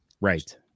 Right